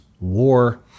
War